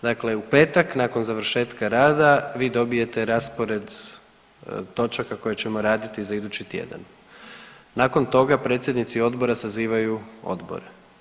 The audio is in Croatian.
Dakle, u petak nakon završetka rada vi dobijete raspored točaka koje ćemo raditi za idući tjedan, nakon toga predsjednici odbora sazivaju odbor.